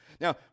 Now